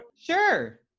Sure